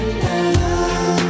love